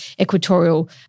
equatorial